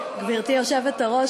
גברתי היושבת-ראש,